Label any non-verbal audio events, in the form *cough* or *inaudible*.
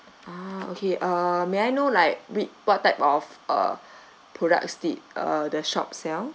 ah okay uh may I know like wit~ what type of a *breath* product did uh the shop sell